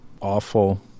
awful